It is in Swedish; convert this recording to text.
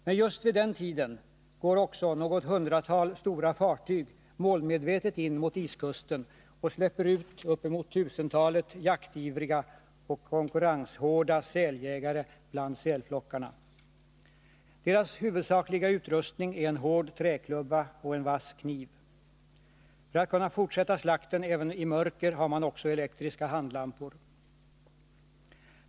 Men just vid den tiden går något hundratal stora fartyg målmedvetet in mot iskusten och släpper ut uppemot tusentalet jaktivriga och konkurrenshårda säljägare bland sälflockarna. Deras huvudsakliga utrustning är en hård träklubba och en vass kniv. För att kunna fortsätta slakten även i mörker har man också elektriska handlampor.